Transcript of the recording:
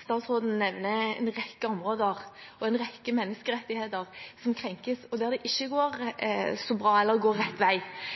Statsråden nevner en rekke områder og en rekke menneskerettigheter som krenkes, og der det ikke går